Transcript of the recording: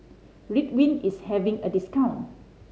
Ridwind is having a discount